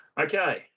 Okay